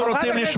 אני לא יכול לחנך,